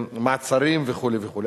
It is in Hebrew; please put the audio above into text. ולמעצרים וכו' וכו'.